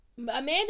Amanda